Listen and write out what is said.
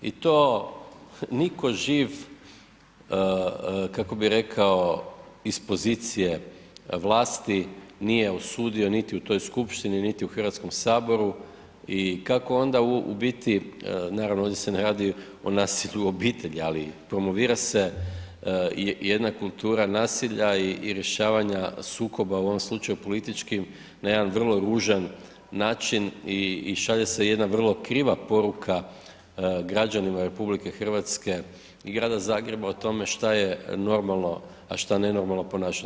I to nitko živ, kako bi rekao, iz pozicije vlasti nije osudio niti u toj skupštini niti u Hrvatskom saboru i kako onda u biti, naravno ovdje se ne radi o nasilju u obitelji ali promovira se jedna kultura nasilja i rješavanja sukoba u ovom slučaju politički na jedan vrlo ružan način i šalje se jedna vrlo kriva poruka građanima RH i grada Zagreba o tome šta je normalno a šta nenormalno ponašanje.